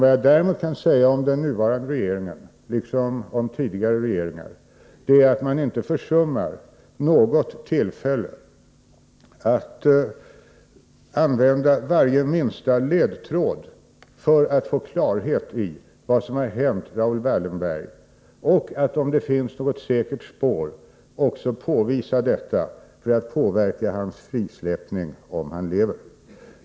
Vad jag däremot kan säga om den nuvarande regeringen, liksom om tidigare regeringar, är att man inte försummar något tillfälle att använda varje minsta ledtråd för att få klarhet i vad som har hänt Raoul Wallenberg och att, om det finns något säkert spår, också söka följa detta för att om han lever utverka hans frigivning.